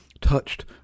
touched